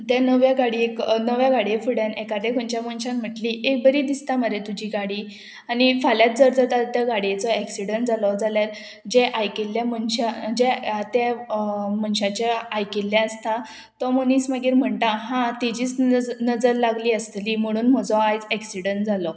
त्या नव्या गाडयेक नव्या गाडये फुड्यान एकादें खंयच्या मनशान म्हटली एक बरी दिसता मरे तुजी गाडी आनी फाल्यांच जर जर त्या गाडयेचो एक्सिडंट जालो जाल्यार जे आयकिल्ल्या मनशां जे ते मनशाच्या आयकिल्ले आसता तो मनीस मागीर म्हणटा हा तेजीच नजर लागली आसतली म्हणून म्हजो आयज एक्सिडंट जालो